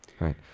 Right